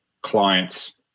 clients